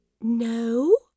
No